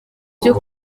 byo